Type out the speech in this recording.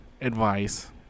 advice